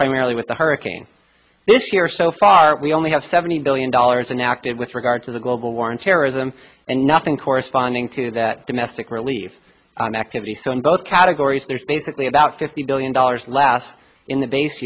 primarily with the hurricanes this year so far we only have seventy billion dollars in active with regard to the global war on terrorism and nothing corresponding to that domestic relief activity so in both categories there's basically about fifty billion dollars less in the base